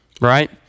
right